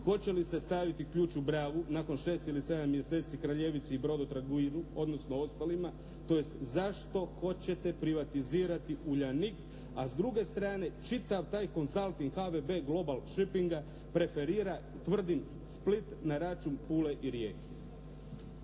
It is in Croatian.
hoće li se staviti ključ u bravu nakon 6 ili 7 mjeseci "Kraljevici" i … /Govornik se ne razumije./, odnosno ostalima. Tj., zašto hoćete privatizirati "Uljanik", a s druge strane čitav taj konzalting "HVB global shippinga" preferira tvrdim Split na račun Pule i Rijeke.